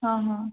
ହଁ ହଁ